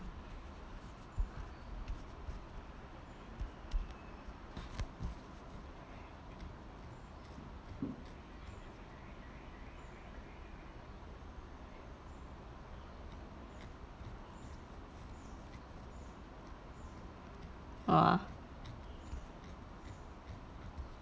ah